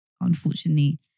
unfortunately